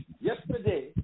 Yesterday